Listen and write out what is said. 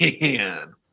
man